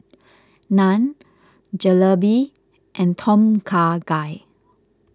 Naan Jalebi and Tom Kha Gai